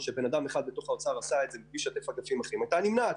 שאדם אחד בתוך האוצר התווה את ההסכם מבלי לשתף הייתה נמנעת.